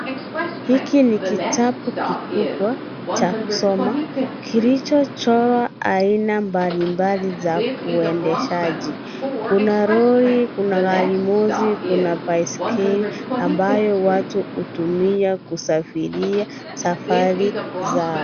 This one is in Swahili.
Hiki ni katabu kikubwa cha kusoma kilichochorwa aina mbali mbali za uendeshaji, kuna lori, kuna gari moshi, kuna baiskeli ambayo watu hutumia kusafiria safari za.